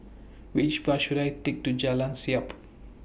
Which Bus should I Take to Jalan Siap